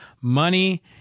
money